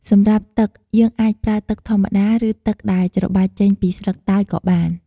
សម្រាប់ទឹក យើងអាចប្រើទឹកធម្មតា ឬទឹកដែលច្របាច់ចេញពីស្លឹកតើយក៏បាន។